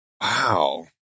Wow